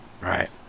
Right